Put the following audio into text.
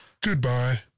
Goodbye